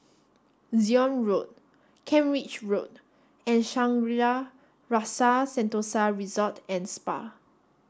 Zion Road Kent Ridge Road and Shangri La's Rasa Sentosa Resort and Spa